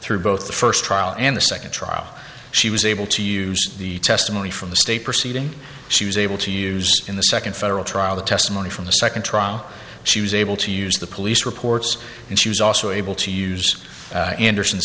through both the first trial and the second trial she was able to use the testimony from the state proceeding she was able to use in the second federal trial the testimony from the second trial she was able to use the police reports and she was also able to use enderson